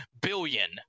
billion